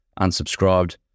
unsubscribed